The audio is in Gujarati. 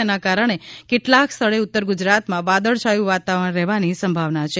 તેના કારણે કેટલાક સ્થળે ઉત્તર ગુજરાતમાં વાદળછાયુ વાતાવરણ રહેવાની સંભાવના છે